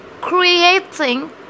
creating